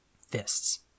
fists